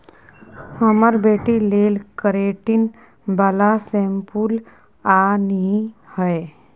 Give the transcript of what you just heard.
हमर बेटी लेल केरेटिन बला शैंम्पुल आनिहे